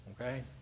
Okay